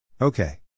Okay